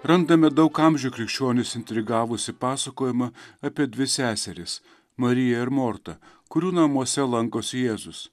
randame daug amžių krikščionius intrigavusi pasakojamą apie dvi seseris mariją ir mortą kurių namuose lankosi jėzus